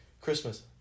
Christmas